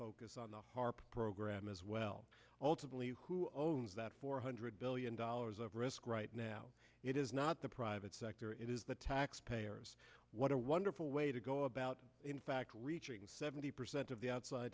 focus on the harp program as well ultimately who owns that four hundred billion dollars of risk right now it is not the private sector it is the taxpayer what a wonderful way to go about in fact reaching seventy percent of the outs